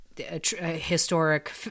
historic